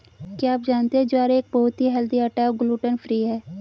क्या आप जानते है ज्वार एक बहुत ही हेल्दी आटा है और ग्लूटन फ्री है?